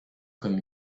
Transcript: comme